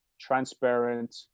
transparent